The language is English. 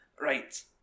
Right